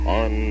on